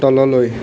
তললৈ